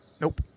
Nope